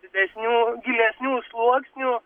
didesnių gilesnių sluoksnių